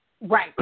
Right